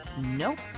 Nope